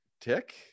tick